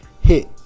hit